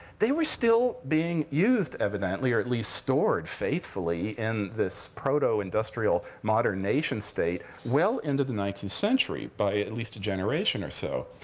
they were still being used, evidently or, at least, stored faithfully in this proto-industrial modern nation state well into the nineteenth century, by at least a generation or so.